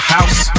House